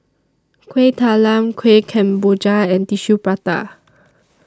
Kuih Talam Kueh Kemboja and Tissue Prata